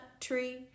tree